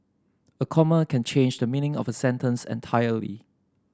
a comma can change the meaning of sentence entirely